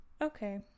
Okay